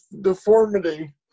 deformity